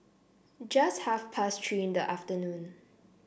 just half past Three in the afternoon